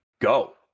go